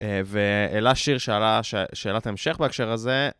ואלה שיר שאלה, שאלת המשך בהקשר הזה.